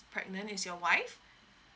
pregnant is your wife